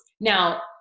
Now